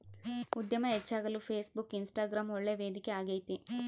ಉದ್ಯಮ ಹೆಚ್ಚಾಗಲು Facebook, Instagram ಒಳ್ಳೆ ವೇದಿಕೆ ಆಗೈತೆ